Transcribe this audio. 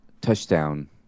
touchdown